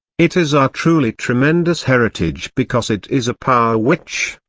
it is our truly tremendous heritage because it is a power which,